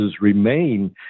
remain